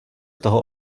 toho